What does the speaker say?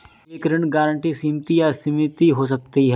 एक ऋण गारंटी सीमित या असीमित हो सकती है